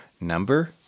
number